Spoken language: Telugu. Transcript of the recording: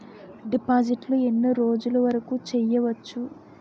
డిపాజిట్లు ఎన్ని రోజులు వరుకు చెయ్యవచ్చు?